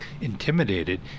intimidated